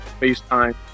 FaceTime